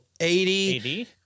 80